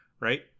right